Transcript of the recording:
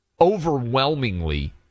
overwhelmingly